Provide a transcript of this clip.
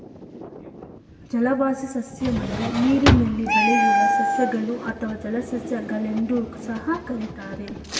ಜಲವಾಸಿ ಸಸ್ಯವನ್ನು ನೀರಿನಲ್ಲಿ ಬೆಳೆಯುವ ಸಸ್ಯಗಳು ಅಥವಾ ಜಲಸಸ್ಯ ಗಳೆಂದೂ ಸಹ ಕರಿತಾರೆ